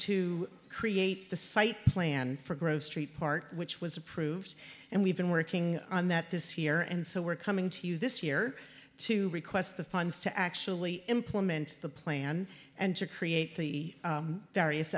to create the site plan for grove street part which was approved and we've been working on that this year and so we're coming to you this year to request the funds to actually implement the plan and to create the various